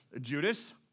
Judas